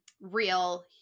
real